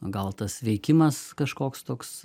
gal tas veikimas kažkoks toks